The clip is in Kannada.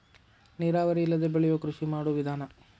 ನೇರಾವರಿ ಇಲ್ಲದೆ ಬೆಳಿಯು ಕೃಷಿ ಮಾಡು ವಿಧಾನಾ